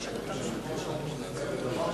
אתה לא שמעת את יושבת-ראש האופוזיציה, ודבר שני,